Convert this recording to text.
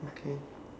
okay